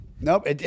nope